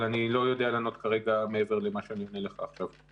אבל אני לא יודע לענות כרגע מעבר למה שאני עונה לך עכשיו.